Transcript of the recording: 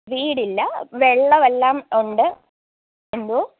വീടില്ല വെള്ളം എല്ലാം ഉണ്ട് എന്തോ